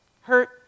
hurt